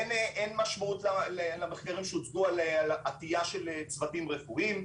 אין משמעות למחקרים שהוצגו על עטייה של צוותים רפואיים,